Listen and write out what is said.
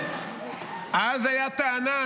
אז הייתה טענה,